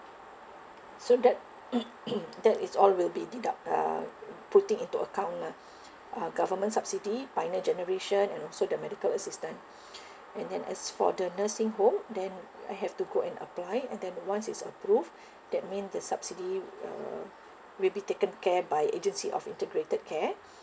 so that that is all will be deduct uh putting into account lah uh government subsidy pioneer generation and also the medical assistance and then as for the nursing home then I have to go and apply and then once it's approve that mean the subsidy will uh will be taken care by agency of integrated care